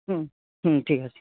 হুম হুম ঠিক আছে